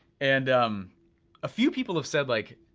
and a few people have said like,